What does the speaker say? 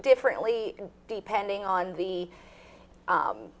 differently depending on the